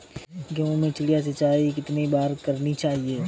गेहूँ में चिड़िया सिंचाई कितनी बार करनी चाहिए?